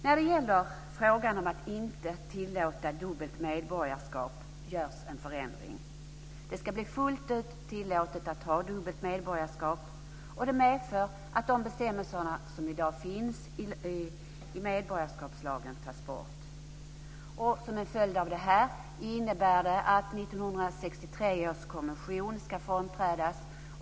När det gäller frågan om att inte tillåta dubbelt medborgarskap görs en förändring. Det ska fullt ut bli tillåtet att ha dubbelt medborgarskap, vilket medför att de bestämmelser som i dag finns i medborgarskapslagen tas bort. Som en följd av detta ska 1963 års konvention frånträdas.